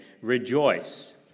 rejoice